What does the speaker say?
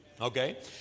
okay